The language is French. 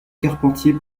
carpentier